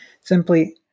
simply